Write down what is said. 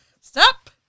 Stop